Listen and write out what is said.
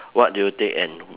what do you take and